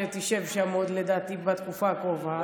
שתשב כאן בתקופה הקרובה.